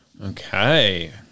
Okay